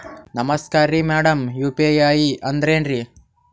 ನಮಸ್ಕಾರ್ರಿ madam UPI ಅಂದ್ರೆನ್ರಿ?